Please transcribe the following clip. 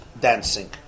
dancing